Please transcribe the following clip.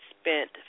spent